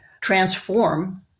transform